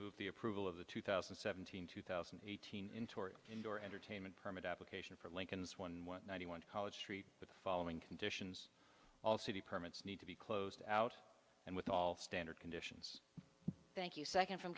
move the approval of the two thousand and seventeen two thousand and eighteen in tory indoor entertainment permit application for lincoln's one one ninety one college st the following conditions all city permits need to be closed out and with all standard conditions thank you second from